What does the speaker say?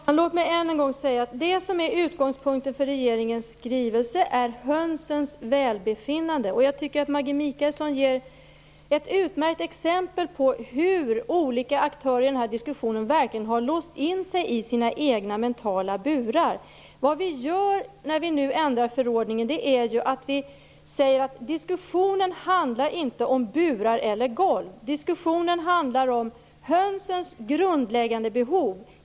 Herr talman! Låt mig än en gång säga att det som är utgångspunkten för regeringens skrivelse är hönsens välbefinnande. Jag tycker att Maggi Mikaelsson ger ett utmärkt exempel på hur olika aktörer i denna diskussion verkligen har låst in sig i sina egna mentala burar. Vad vi gör när vi nu ändrar förordningen är att vi säger att diskussionen inte handlar om burar eller golv. Diskussionen handlar om hönsens grundläggande behov.